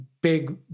big